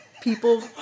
people